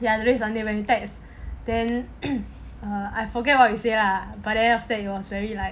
ya today is sunday when we text then err I forget what we say lah but then after that it was very like